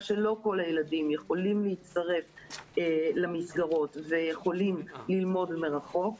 שלא כל הילדים יכולים להצטרף למסגרות ויכולים ללמוד מרחוק,